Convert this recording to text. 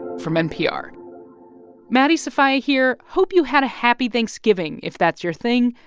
from npr maddie sofia here. hope you had a happy thanksgiving, if that's your thing.